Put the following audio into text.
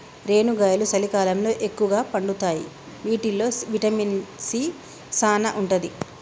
రేనుగాయలు సలికాలంలో ఎక్కుగా పండుతాయి వీటిల్లో విటమిన్ సీ సానా ఉంటది